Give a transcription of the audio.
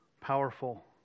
powerful